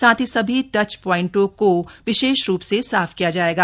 साथ ही सभी टच प्वाइंटों को को विशेष रूप से साफ किया जायेगा